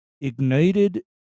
ignited